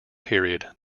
period